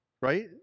right